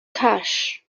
cash